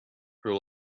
her